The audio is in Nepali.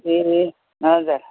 ए हजुर